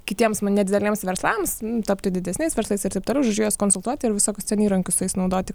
kitiems nedideliems verslams tapti didesniais verslais ir taip toliau žodžiu juos konsultuoti ir visokius ten įrankius su jais naudoti